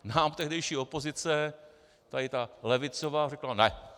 Nám tehdejší opozice, tady ta levicová, řekla ne.